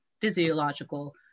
physiological